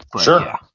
Sure